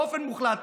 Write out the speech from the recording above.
באופן מוחלט.